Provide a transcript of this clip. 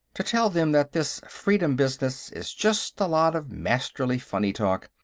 to tell them that this freedom business is just a lot of masterly funny-talk,